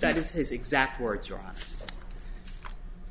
that is his exact words wrong